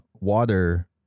water